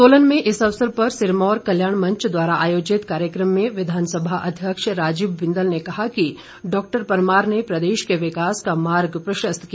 सोलन में इस अवसर पर सिरमौर कल्याण मंच द्वारा आयोजित कार्यक्रम में विधानसभा अध्यक्ष राजीव बिंदल ने कहा कि डॉक्टर परमार ने प्रदेश के विकास का मार्ग प्रशस्त किया